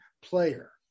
player